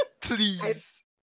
Please